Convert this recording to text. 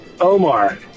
Omar